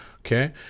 Okay